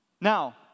now